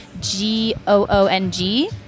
G-O-O-N-G